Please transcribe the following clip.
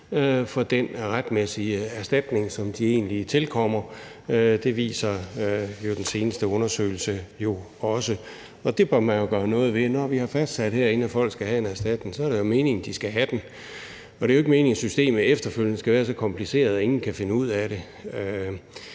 for den retmæssige erstatning, som egentlig tilkommer dem. Det viser den seneste undersøgelse jo også. Det bør man jo gøre noget ved. Når vi herinde har fastsat, at folk skal have en erstatning, er det jo meningen, at de skal have den. Det er jo ikke meningen, at systemet efterfølgende skal være så kompliceret, at ingen kan finde ud af det.